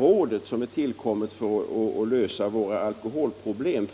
rådet är ändå inte tillkommet för att lösa våra alkoholproblem.